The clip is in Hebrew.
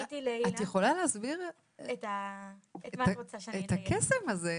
את יכולה להסביר את הקסם הזה,